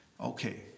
Okay